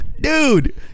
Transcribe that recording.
Dude